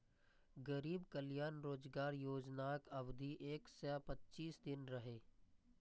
गरीब कल्याण रोजगार योजनाक अवधि एक सय पच्चीस दिन रहै